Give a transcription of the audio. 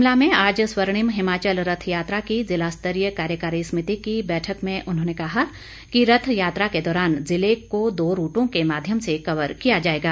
शिमला में आज स्वर्णिम हिमाचल रथ यात्रा की जिला स्तरीय कार्यकारी समिति की बैठक में उन्होंने कहा कि रथ यात्रा के दौरान जिले को दो रूटों के माध्यम से कवर किया जाएगा